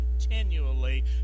continually